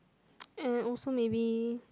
uh also maybe